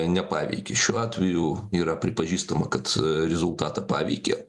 nepaveikė šiuo atveju yra pripažįstama kad rezultatą paveikė